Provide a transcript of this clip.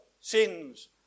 sins